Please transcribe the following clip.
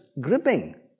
gripping